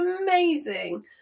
amazing